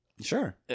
sure